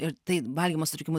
ir tai valgymo sutrikimų